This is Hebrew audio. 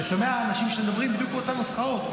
ואני שומע אנשים שמדברים בדיוק באותן נוסחאות.